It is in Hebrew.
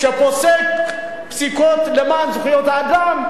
שפוסק פסיקות למען זכויות האדם,